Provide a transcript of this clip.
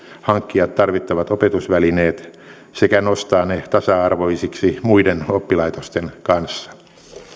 hankkia tarvittavat opetusvälineet sekä nostaa ne tasa arvoisiksi muiden oppilaitosten kanssa